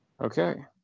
Okay